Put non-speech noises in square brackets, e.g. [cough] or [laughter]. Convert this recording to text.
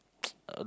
[noise] uh